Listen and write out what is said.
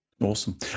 Awesome